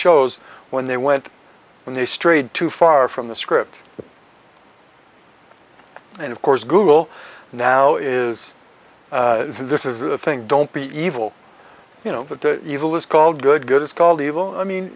shows when they went in they strayed too far from the script and of course google now is this is the thing don't be evil you know the evil is called good good it's called evil i mean